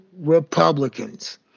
Republicans